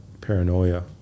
paranoia